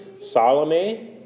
Salome